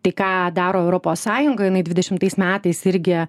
tai ką daro europos sąjunga jinai dvidešimtais metais irgi